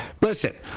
Listen